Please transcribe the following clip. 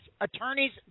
attorneys